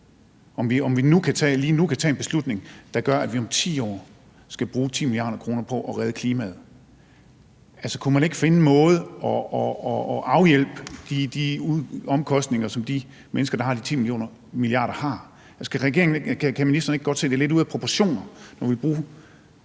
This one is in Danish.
om vi lige nu kan tage en beslutning, der gør, at vi om 10 år skal bruge 10 mia. kr. på at redde klimaet? Kunne man ikke finde en måde, hvorpå man kan afhjælpe de omkostninger på de 10. mia. kr.? Kan ministeren ikke godt se, at det er lidt ude af proportioner, at vi